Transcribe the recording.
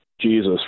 Jesus